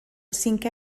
cinquè